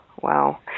Wow